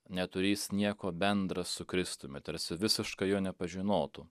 neturįs nieko bendra su kristumi tarsi visiškai jo nepažinotų